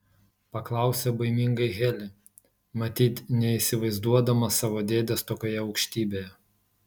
paklausė baimingai heli matyt neįsivaizduodama savo dėdės tokioje aukštybėje